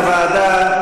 אז להעביר לוועדה.